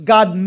God